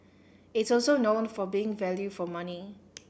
it's also known for being value for money